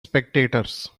spectators